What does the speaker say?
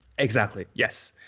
exactly, yes.